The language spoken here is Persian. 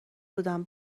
بودم